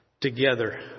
together